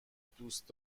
دوست